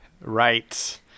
Right